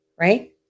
right